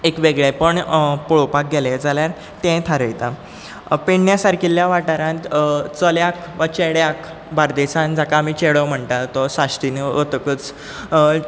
एक वेगळेंपण पळोवपाक गेले जाल्यार तें थारयता पेडण्या सारकिल्ल्या वाठारांत चल्याक वा चेड्याक बार्देसान जाका आमी चेडो म्हणटात तो साश्टीन वतकच चलो जाता